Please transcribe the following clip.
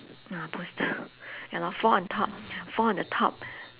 uh poster ya lor four on top four on the top